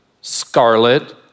scarlet